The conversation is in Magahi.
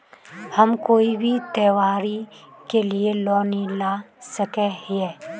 हम कोई भी त्योहारी के लिए लोन ला सके हिये?